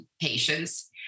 patients